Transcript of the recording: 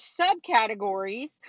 subcategories